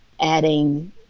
adding